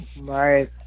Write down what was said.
Right